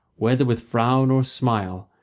whether with frown or smile,